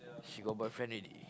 she got boyfriend already